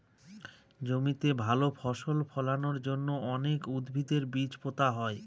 জমিতে ভালো ফসল ফলানোর জন্য অনেক উদ্ভিদের বীজ পোতা হয়